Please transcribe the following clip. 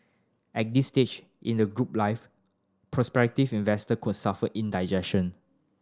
at this stage in the group life prospective investor could suffer indigestion